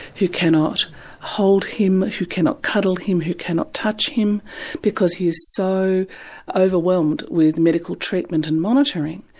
who cannot hold him, who cannot cuddle him, who cannot touch him because he is so overwhelmed with medical treatment and monitoring.